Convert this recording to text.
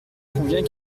conviens